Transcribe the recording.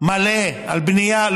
מלא על בנייה.